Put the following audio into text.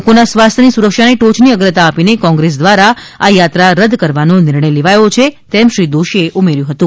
લોકોના સ્વાસ્થ્યની સુરક્ષાને ટોયની અગ્રતા આપીને કોંગ્રેસ દ્વારા આ થાત્રા રદ કરવાનો નિર્ણય લેવાયો છે તેમ શ્રી દોશીએ ઉમેર્યું હતું